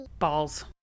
BALLS